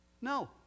no